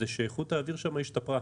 זה שאיכות האוויר שם השתפרה,